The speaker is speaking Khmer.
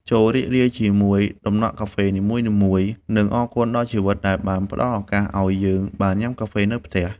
ចូររីករាយជាមួយដំណក់កាហ្វេនីមួយៗ និងអរគុណដល់ជីវិតដែលបានផ្ដល់ឱកាសឱ្យយើងបានញ៉ាំកាហ្វេនៅផ្ទះ។